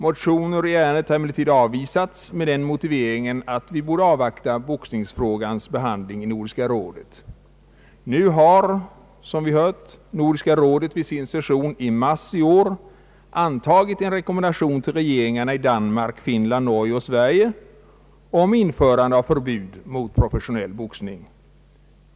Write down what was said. Motioner i ärendet har emellertid avvisats med den motiveringen att vi borde avvakta boxningsfrågans behandling i Nordiska rådet. Nu har Nordiska rådet, som vi hört, vid sin session i mars i år antagit en rekommendation till regeringarna i Danmark, Finland, Norge och Sverige om införande av förbud mot professionell boxning.